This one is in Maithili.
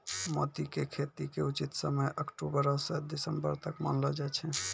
मोती के खेती के उचित समय अक्टुबरो स दिसम्बर तक मानलो जाय छै